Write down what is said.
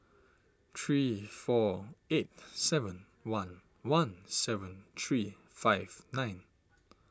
three four eight seven one one seven three five nine